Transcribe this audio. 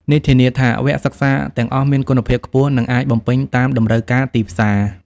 នេះធានាថាវគ្គសិក្សាទាំងអស់មានគុណភាពខ្ពស់ និងអាចបំពេញតាមតម្រូវការទីផ្សារ។